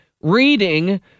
reading